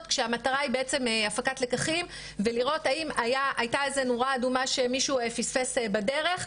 כשהמטרה היא הפקת לקחים ולראות האם היתה איזה נורה אדומה שמישהו פספס בדרך.